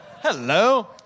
Hello